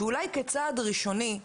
שאולי כצעד ראשוני,